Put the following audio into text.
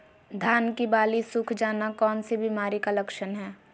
धान की बाली सुख जाना कौन सी बीमारी का लक्षण है?